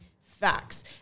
facts